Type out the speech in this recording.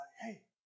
hey